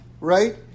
right